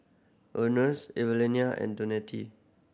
Earnest Evelina and